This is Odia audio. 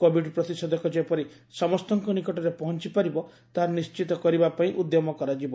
କୋବିଡ୍ ପ୍ରତିଷେଧକ ଯେପରି ସମସ୍ତଙ୍କ ନିକଟରେ ପହଞ୍ଚିପାରିବ ତାହା ନିଶ୍ଚିତ କରିବା ପାଇଁ ଉଦ୍ୟମ କରାଯିବ